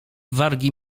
wargi